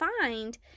find